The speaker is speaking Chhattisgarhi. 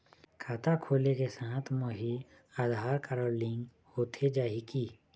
खाता खोले के साथ म ही आधार कारड लिंक होथे जाही की?